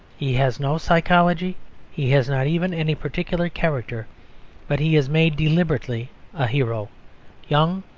he has no psychology he has not even any particular character but he is made deliberately a hero young,